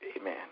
Amen